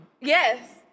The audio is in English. Yes